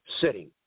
sitting